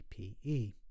ppe